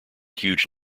huge